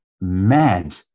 mad